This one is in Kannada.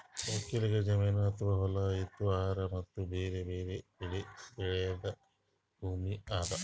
ಒಕ್ಕಲ್ ಜಮೀನ್ ಅಥವಾ ಹೊಲಾ ಇದು ಆಹಾರ್ ಮತ್ತ್ ಬ್ಯಾರೆ ಬ್ಯಾರೆ ಬೆಳಿ ಬೆಳ್ಯಾದ್ ಭೂಮಿ ಅದಾ